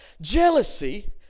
Jealousy